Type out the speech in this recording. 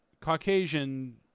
Caucasian